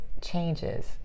changes